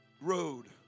road